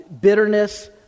Bitterness